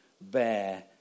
bear